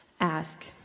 Ask